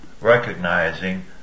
recognizing